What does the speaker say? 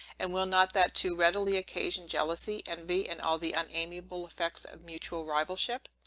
and will not that too readily occasion jealousy, envy, and all the unamiable effects of mutual rivalship?